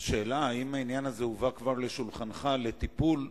השאלה היא אם העניין הזה כבר הובא לשולחנך לטיפול.